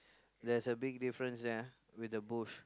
there's a big difference ah with the bush